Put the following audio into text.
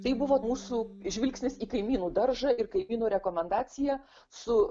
tai buvo mūsų žvilgsnis į kaimynų daržą ir kaimynų rekomendaciją su